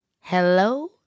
Hello